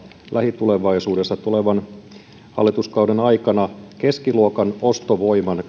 lähitulevaisuudessa tulevan hallituskauden aikana olennaista asiaa keskiluokan ostovoiman